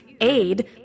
aid